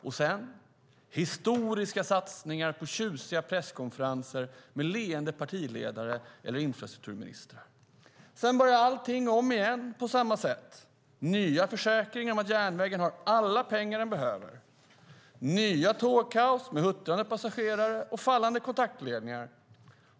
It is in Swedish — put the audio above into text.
Därefter kommer historiska satsningar som presenteras på tjusiga presskonferenser med leende partiledare eller infrastrukturministrar. Sedan börjar allting om igen. Det kommer nya försäkranden om att järnvägen har alla pengar den behöver följda av tågkaos med huttrande passagerare och fallande kontaktledningar.